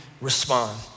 respond